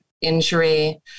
injury